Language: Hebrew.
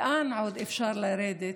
לאן עוד אפשר לרדת?